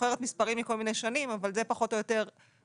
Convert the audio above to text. זוכרת מספרים מכל מיני שנים אבל זה פחות או יותר השיעורים,